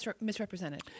misrepresented